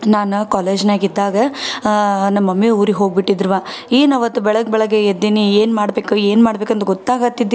ನಾನು ಕಾಲೇಜ್ನ್ಯಾಗ ಇದ್ದಾಗ ನಮ್ಮ ಮಮ್ಮಿ ಊರಿಗೆ ಹೋಗ್ಬಿಟ್ಟಿದ್ರೂ ಏನು ಆವತ್ತು ಬೆಳಗ್ಗೆ ಬೆಳಗ್ಗೆ ಎದ್ದೀನಿ ಏನು ಮಾಡ್ಬೇಕು ಏನು ಮಾಡ್ಬೇಕಂದು ಗೊತ್ತಾಗ ಹತ್ತಿದ್ದಿಲ್ಲ